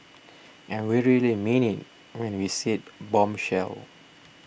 and we really mean it when we said bombshell